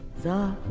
the